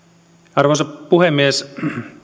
arvoisa puhemies